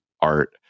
art